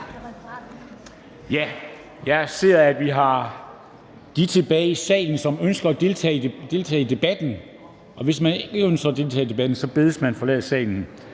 Jeg ser, at vi har dem tilbage i salen, som ønsker at deltage i debatten. Og hvis man ikke ønsker at deltage i debatten, så bedes man forlade salen.